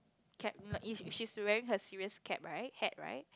cap if she's wearing her serious cap right hat right